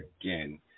again